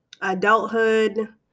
adulthood